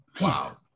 Wow